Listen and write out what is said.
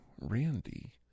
Randy